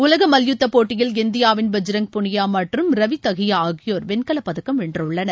உலக மல்யுத்த போட்டியில் இந்தியாவின் பஜ்ரங் புனியா மற்றும் ரவி தஹியா ஆகியோர் வென்கலப்பதக்கம் வென்றுள்ளனர்